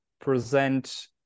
present